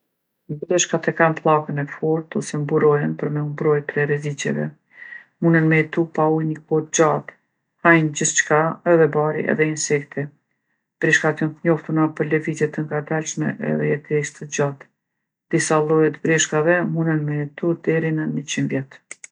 Breshkat e kanë pllaken e fortë ose mburojën për me u mbrojtë prej rreziqeve. Munën me jetu pa ujë ni kohë t'gjatë. Hajin gjithçka, edhe bari edhe insekte. Breshkat janë t'njoftuna për lëvizje të ngadalshme edhe jetesë të gjatë. Disa lloje t'breshkave munën me jetu deri në niqin vjet.